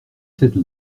cette